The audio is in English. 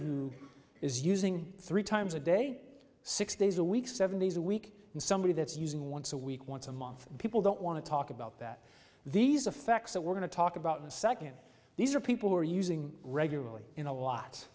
who is using three times a day six days a week seven days a week and somebody that's using once a week once a month people don't want to talk about that these effects that we're going to talk about and second these are people who are using regularly in a lot